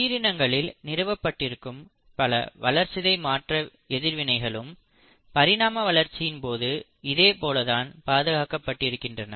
உயிரினங்களில் நிறுவப்பட்டிருக்கும் பல வளர்சிதைமாற்ற எதிர்வினைகளும் பரிணாம வளர்ச்சியின் போது இதே போல்தான் பாதுகாக்கப்பட்டு இருக்கின்றன